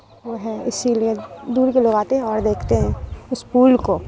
وہ ہے اسی لیے دور کے لوگ آتے ہیں اور دیکھتے ہیں اس پول کو